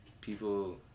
People